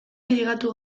ailegatu